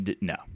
no